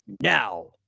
now